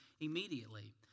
immediately